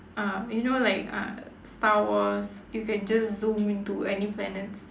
uh you know like uh star wars you can just zoom into any planets